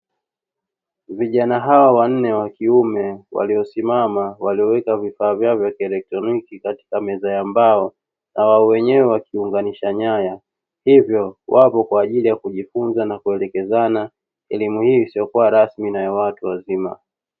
Vijana hawa wanne wa kiume waliosimama walioweka vifaa vyao vya kielektroniki, katika meza ya mbao. Na wao wenyewe wakiunganisha nyaya, hivyo wapo kwa ajili ya kujifunza na kuelimishana elimu hii isiyokua rasmi na ya watu wazima.